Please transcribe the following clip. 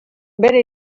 bera